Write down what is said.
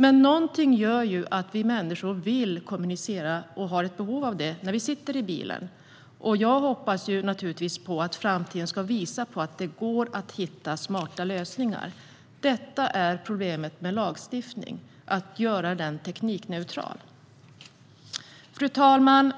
Men någonting gör att vi människor har behov av och vill kommunicera när vi sitter i bilen. Jag hoppas naturligtvis att framtiden ska visa på att det går att hitta smarta lösningar. Problemet är att göra lagstiftningen teknikneutral. Fru talman!